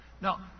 Now